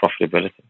profitability